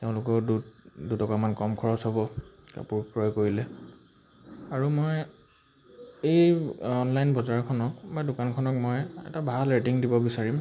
তেওঁলোকেও দুটকামান কম খৰচ হ'ব কাপোৰ ক্ৰয় কৰিলে আৰু মই এই অনলাইন বজাৰখনক বা দোকানখনক মই এটা ভাল ৰেটিং দিব বিচাৰিম